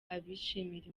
abishimira